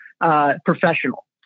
professional